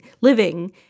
living